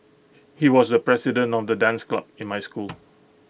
he was the president of the dance club in my school